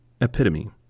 Epitome